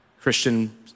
Christian